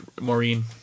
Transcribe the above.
Maureen